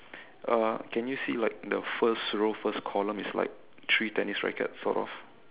uh can you see like the first row first column is like three tennis rackets sort of